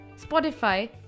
Spotify